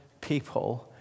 people